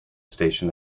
station